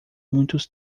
muitos